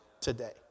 today